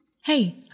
Hey